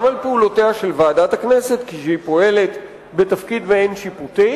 גם על פעולותיה של ועדת הכנסת כשהיא פועלת בתפקיד מעין-שיפוטי,